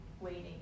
waiting